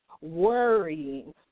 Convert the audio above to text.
worrying